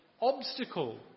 obstacle